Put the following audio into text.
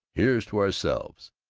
here's to ourselves!